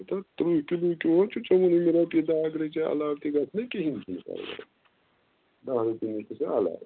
ہتو تٕرٛہ کِلوٗ کِہو چھیٚکھ ژےٚ ونٕے مےٚ رۄپیہِ دَہ اَگرٔے ژےٚ علاوٕ تہِ گژھنٔے کِہیٖنۍ چھُنہٕ پرواے دَہ روپیہِ نہِ تہٕ ژٕ علاوٕ